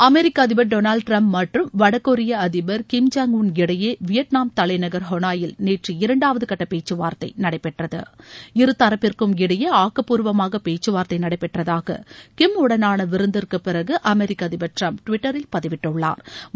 அமெரிக்க அதிபர் Donald Trump மற்றும் வடகொரிய அதிபர் கிம் ஜாங் உள் இடையே வியட்நாம் தலைநகர் ஹனோயில் நேற்று இரண்டாவது கட்ட பேச்சுவார்த்தை நடைபெற்றது இரு தரப்பிற்கும் இடையே ஆக்கப்பூர்வமாக பேச்சுவார்த்தை நடைபெற்றதாக கிம் உடனான விருந்திற்கு பிறகு அமெரிக்க அதிபர் டிரம்ப் டுவிட்டரில் பதிவிட்டுள்ளாா்